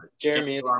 jeremy